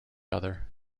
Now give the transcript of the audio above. other